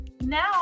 now